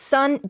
Son